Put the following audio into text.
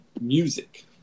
music